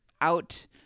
out